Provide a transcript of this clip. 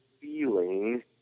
feeling